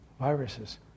viruses